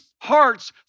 hearts